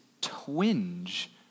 twinge